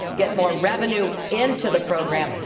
get more revenue into the program.